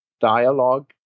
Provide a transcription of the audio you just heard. dialogue